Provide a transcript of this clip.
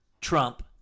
Trump